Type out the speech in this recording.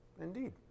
Indeed